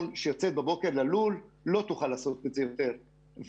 שיוצאת בבוקר ללול לא תוכל לעשות את זה ביותר,